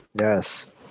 Yes